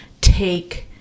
take